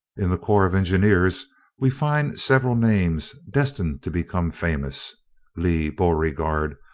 in the corps of engineers we find several names destined to become famous lee, beauregard,